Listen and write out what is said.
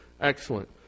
excellent